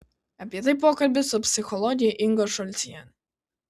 apie tai pokalbis su psichologe inga šulciene